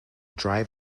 drive